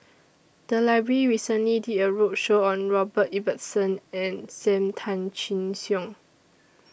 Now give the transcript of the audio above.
The Library recently did A roadshow on Robert Ibbetson and SAM Tan Chin Siong